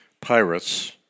Pirates